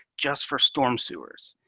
just for storm sewers.